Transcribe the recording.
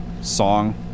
song